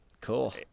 Cool